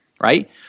right